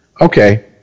Okay